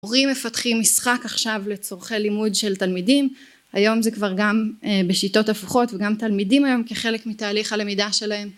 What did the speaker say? הורים מפתחים משחק עכשיו לצורכי לימוד של תלמידים, היום זה כבר גם בשיטות הפוכות וגם תלמידים היום כחלק מתהליך הלמידה שלהם